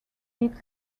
eat